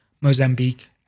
Mozambique